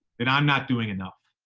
then i'm not doing enough.